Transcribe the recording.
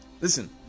Listen